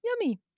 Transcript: Yummy